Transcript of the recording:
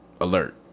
alert